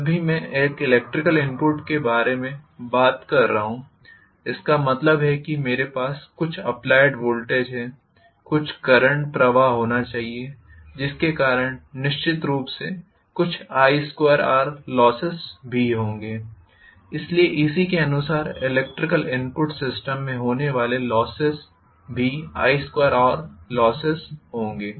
जब भी मैं एक इलेक्ट्रिकल इनपुट के बारे में बात कर रहा हूँ इसका मतलब है कि मेरे पास कुछ अप्लाइड वोल्टेज है कुछ करंट प्रवाह होना चाहिए जिसके कारण निश्चित रूप से कुछ I2R लोसेस भी होंगे इसलिए इसी के अनुसार इलेक्ट्रिकल इनपुट सिस्टम में होने वाले लोसेस भी I2R लोसेस होंगे